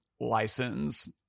license